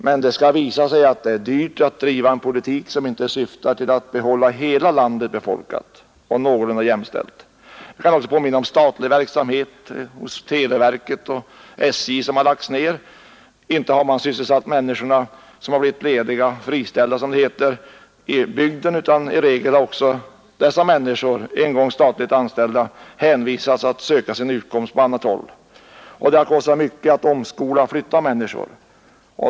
Men det kommer att visa sig att det är dyrt att driva en politik, som inte syftar till att hålla hela landet befolkat och någorlunda jämställt. När viss verksamhet inom SJ och televerket har lagts ner, har inte de friställda sysselsatts i bygden, utan dessa människor — en gång statligt anställda — har hänvisats till att söka sin utkomst på annat håll. Det har kostat mycket att omskola och flytta människor.